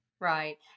right